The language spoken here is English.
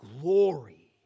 glory